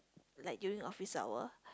like during office hour